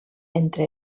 entre